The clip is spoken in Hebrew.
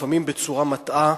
לפעמים בצורה מטעה